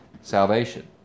salvation